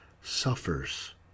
suffers